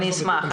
אני אשמח.